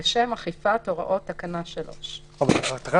"לשם אכיפת הוראות תקנה 3". אבל תקנה